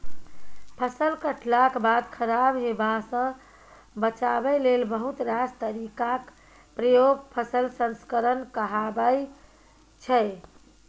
फसल कटलाक बाद खराब हेबासँ बचाबै लेल बहुत रास तरीकाक प्रयोग फसल संस्करण कहाबै छै